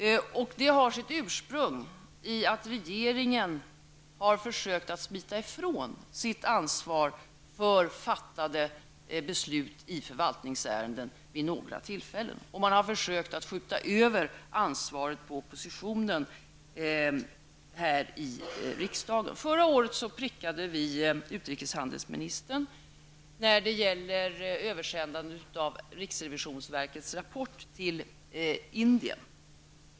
Den har sitt ursprung i att regeringen har försökt att smita ifrån sitt ansvar för beslut fattade i förvaltningsärenden vid några tillfällen. Man har försökt att skjuta över ansvaret på oppositionen här i riksdagen. Förra året prickade vi utrikeshandelsministern när det gällde översändandet av riksrevisionsverkets rapport till Indien.